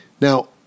Now